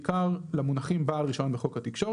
בעיקר למונחים "בעל רישיון" בחוק התקשורת.